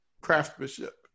craftsmanship